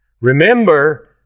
Remember